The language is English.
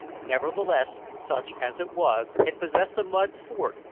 nevertheless, such as it was, it possessed a mud fort,